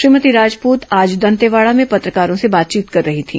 श्रीमती राजपूत आज दंतेवाड़ा में पत्रकारों से बातचीत कर रही थी